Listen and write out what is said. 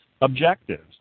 objectives